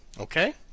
Okay